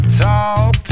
talk